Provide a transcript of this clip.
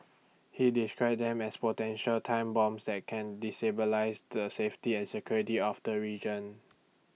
he described them as potential time bombs that can destabilise the safety and security of the region